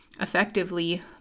effectively